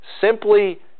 simply